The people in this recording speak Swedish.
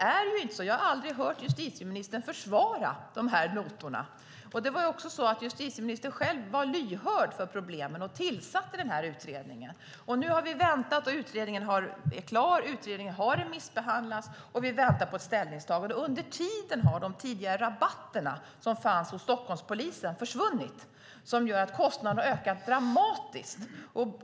Jag har aldrig hört justitieministern försvara de här notorna. Justitieministern var själv lyhörd för problemen och tillsatte den här utredningen. Nu har vi väntat, och utredningen är klar. Den har remissbehandlats, och vi väntar på ett ställningstagande. Under tiden har de tidigare rabatterna som fanns hos Stockholmspolisen försvunnit. Det gör att kostnaderna har ökat dramatiskt.